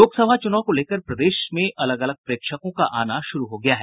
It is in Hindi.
लोकसभा चुनाव को लेकर प्रदेश में अलग अलग प्रेक्षकों का आना शुरू हो गया है